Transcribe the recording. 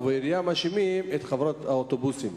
ובעירייה מאשימים את חברות האוטובוסים.